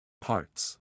Parts